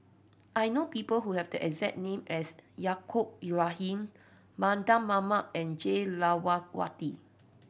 I know people who have the exact name as Yaacob Ibrahim Mardan Mamat and Jah Lelawati